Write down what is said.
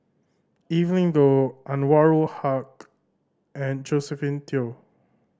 Evelyn Goh Anwarul Haque and Josephine Teo